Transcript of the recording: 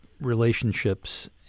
relationships